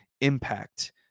impact